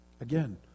Again